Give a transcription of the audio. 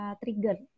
trigger